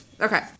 Okay